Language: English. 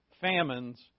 famines